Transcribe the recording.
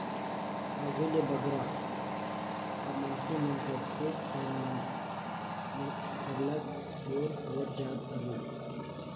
आघु ले बगरा अब मइनसे मन कर खेत खाएर मन में सरलग बोर होवत जात हवे